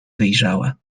wyjrzała